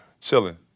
Chilling